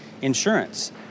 insurance